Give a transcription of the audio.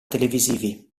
televisivi